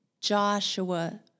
Joshua